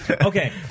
Okay